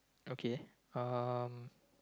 okay um